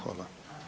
Hvala.